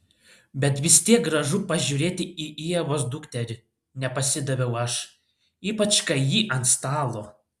bet vis tiek gražu pažiūrėti į ievos dukterį nepasidaviau aš ypač kai ji ant stalo